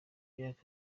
myaka